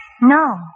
No